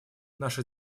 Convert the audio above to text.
наша